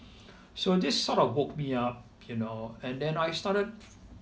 so this sort of woke me up you know and then I started